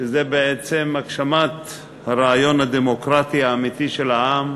שזה בעצם הגשמת רעיון הדמוקרטיה האמיתי, של העם,